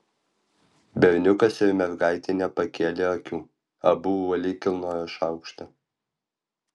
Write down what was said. berniukas ir mergaitė nepakėlė akių abu uoliai kilnojo šaukštą